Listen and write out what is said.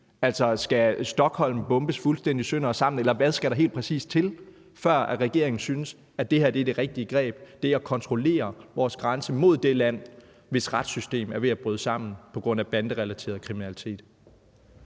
løsning? Skal Stockholm bombes fuldstændig sønder og sammen, eller hvad skal der helt præcis til, før regeringen synes, at det her er det rigtige greb, altså det at kontrollere vores grænse mod det land, hvis retssystem er ved at bryde sammen på grund af banderelateret kriminalitet?